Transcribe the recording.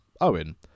Owen